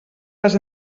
les